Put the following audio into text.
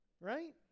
right